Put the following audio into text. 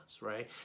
right